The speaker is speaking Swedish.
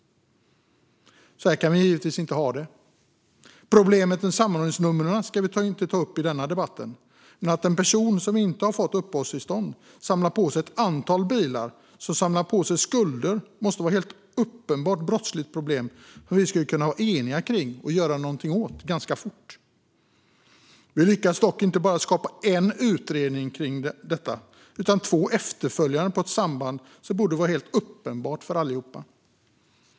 Så här kan vi givetvis inte ha det. Problemet med samordningsnumren ska vi inte ta upp i denna debatt, men att en person som inte fått uppehållstillstånd samlar på sig ett antal bilar som samlar på sig skulder måste vara ett uppenbart brottsligt problem som vi skulle kunna vara eniga kring och göra någonting åt ganska fort. Vi lyckas dock inte bara skapa en utredning rörande detta utan också två efterföljande rörande ett samband som borde vara helt uppenbart för alla.